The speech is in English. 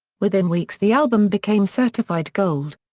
within weeks the album became certified gold.